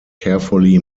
carefully